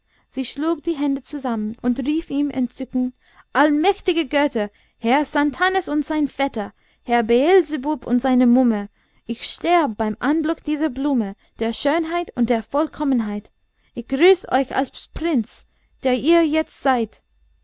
sie schlug die hände zusammen und rief im entzücken allmächtige götter herr satanas und sein vetter herr beelzebub und seine muhme ich sterb beim anblick dieser blume der schönheit und der vollkommenheit ich grüß euch als prinz der ihr jetzt seid